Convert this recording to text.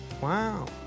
Wow